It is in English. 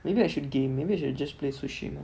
maybe I should game maybe I should just plau sushi man